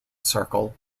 circle